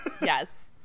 Yes